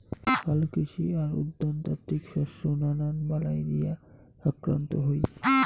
হালকৃষি আর উদ্যানতাত্ত্বিক শস্য নানান বালাই দিয়া আক্রান্ত হই